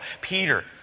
Peter